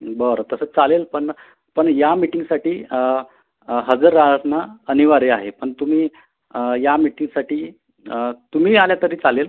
बरं तसं चालेल पण पण या मिटींगसाठी हजर राहणं अनिवार्य आहे पण तुम्ही या मिटींगसाठी तुम्ही आलं तरी चालेल